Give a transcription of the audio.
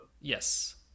yes